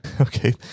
Okay